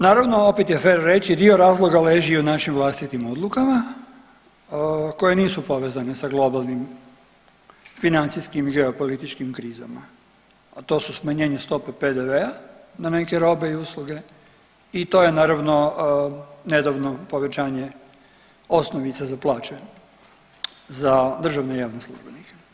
Naravno opet je fer reći dio razloga leži i u našim vlastitim odlukama koje nisu povezane sa globalnim financijskim i geopolitičkim krizama, a to su smanjenje stope PDV-a na neke robe i usluge i to je naravno nedavno povećanje osnovice za plaće za državne i javne službenike.